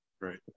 Right